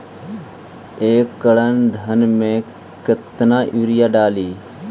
एक एकड़ धान मे कतना यूरिया डाली?